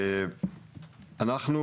אנחנו,